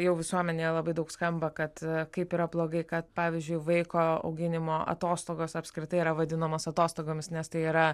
jau visuomenėje labai daug skamba kad kaip yra blogai kad pavyzdžiui vaiko auginimo atostogos apskritai yra vadinamos atostogomis nes tai yra